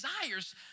desires